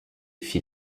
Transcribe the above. fit